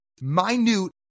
minute